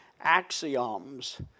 axioms